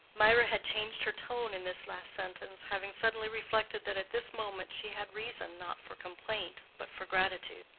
mirah had changed her tone in this last sentence, having suddenly reflected that at this moment she had reason not for complaint but for gratitude.